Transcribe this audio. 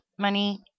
money